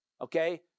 okay